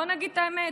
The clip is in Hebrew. בואו נגיד את האמת.